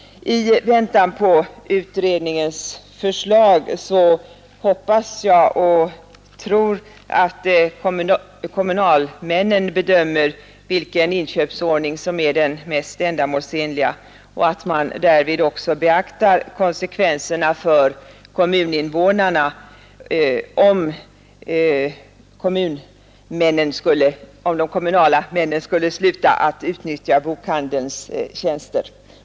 I väntan på utredningens förslag hoppas jag och tror att kommunalmännen bedömer vilken inköpsordning som är den mest ändamålsenliga och att man därvid också beaktar konsekvenserna för kommuninvånarna, om kommunalmännen skulle sluta att utnyttja bokhandelns tjänster.